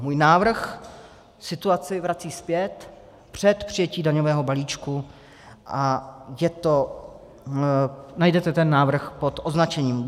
Můj návrh situaci vrací zpět před přijetí daňového balíčku a najdete ten návrh pod označením G 2510.